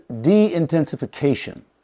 de-intensification